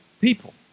people